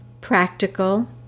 practical